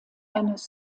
eines